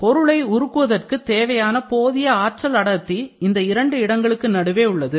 பொருளை உருக்குவதற்கு தேவையான போதிய ஆற்றல் அடர்த்தி இந்த இரண்டு இடங்களுக்கு நடுவே உள்ளது